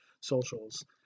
socials